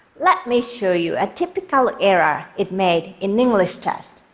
let me show you a typical error it made in the english test.